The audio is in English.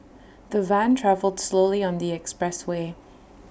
the van travelled slowly on the expressway